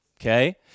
okay